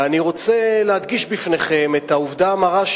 ואני רוצה להדגיש בפניכם את העובדה המרה,